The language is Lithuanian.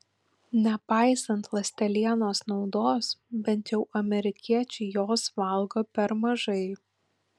nepaisant ląstelienos naudos bent jau amerikiečiai jos valgo per mažai